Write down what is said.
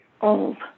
old